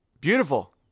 Beautiful